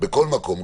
בכל מקום,